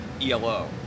ELO